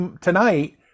tonight